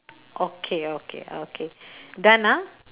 okay okay okay done ah